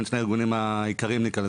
בין שני הארגונים העיקריים נקרא לזה,